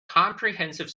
comprehensive